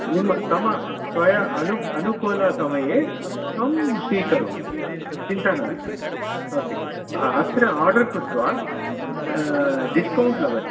निम् तम स्वत्वय अनु अनुकूलसमये त्वं स्वीकरोमि चिन्ता नास्ति ओके अत्र आर्डर् कृत्वा डिस्कौण्ट् लभ्यते